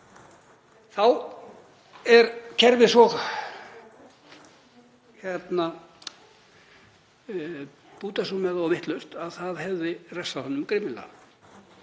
þá er kerfið svo bútasaumað og vitlaust að það hefði refsað honum grimmilega.